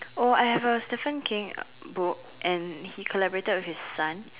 oh I have a Stephen-King book and he collaborated with his son